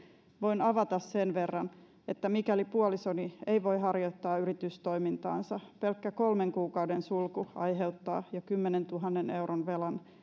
voin avata sen verran että mikäli puolisoni ei voi harjoittaa yritystoimintaansa pelkkä kolmen kuukauden sulku aiheuttaa jo kymmenentuhannen euron velan